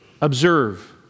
observe